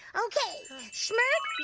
okay, schmert,